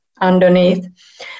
underneath